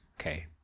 Okay